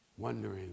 Wondering